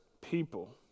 people